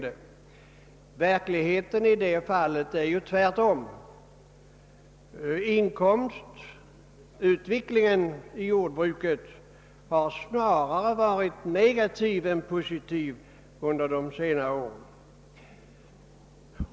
I verkligheten är det ju tvärtom — inkomstutvecklingen i jordbruket har snarare varit negativ än positiv under de senare åren.